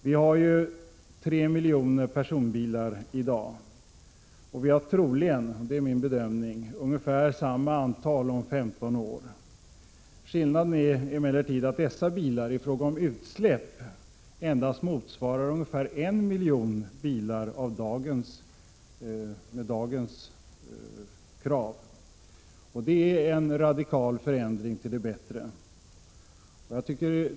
Vi har över 3 miljoner personbilar i dag, och vi har troligen — det är min bedömning — ungefär samma antal om 15 år. Skillnaden är emellertid att dessa bilar i fråga om utsläpp endast motsvarar ungefär 1 miljon bilar med dagens krav. Det är alltså en radikal förändring till det bättre.